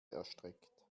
erstreckt